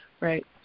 right